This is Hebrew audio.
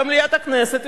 במליאת הכנסת,